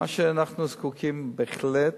מה שאנחנו זקוקים לו בהחלט,